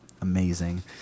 Amazing